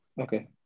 Okay